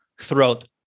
throughout